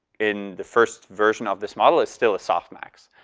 in the first version of this model is still a softmax.